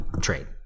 trade